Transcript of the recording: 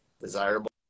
desirable